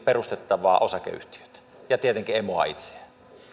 perustettavaa osakeyhtiötä ja tietenkin emoa itseään